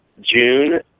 June